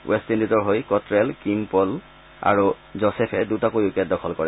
west ইণ্ডিজৰ হৈ Cottrell Keemo Paul আৰু য'চেফে দুটাকৈ উইকেট দখল কৰে